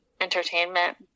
entertainment